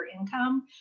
income